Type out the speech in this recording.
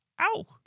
Ow